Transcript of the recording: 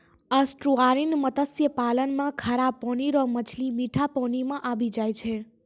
estuarine मत्स्य पालन मे खारा पानी रो मछली मीठा पानी मे आबी जाय छै